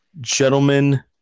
gentlemen